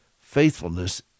faithfulness